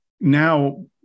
now